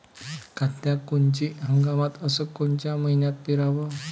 कांद्या कोनच्या हंगामात अस कोनच्या मईन्यात पेरावं?